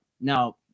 Now